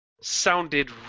sounded